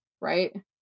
Right